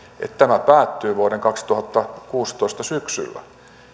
että tämä päättyy vuoden kaksituhattakuusitoista syksyllä